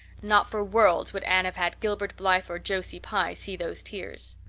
not for worlds would anne have had gilbert blythe or josie pye see those tears.